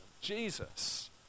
Jesus